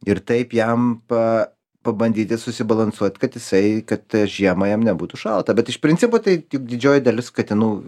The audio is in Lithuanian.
ir taip jam pa pabandyti susibalansuot kad jisai kad žiemą jam nebūtų šalta bet iš principo tai tik didžioji dalis katinų